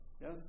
Yes